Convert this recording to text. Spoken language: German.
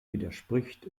widerspricht